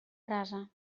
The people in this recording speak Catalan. brasa